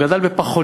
הוא גדל בפחונים,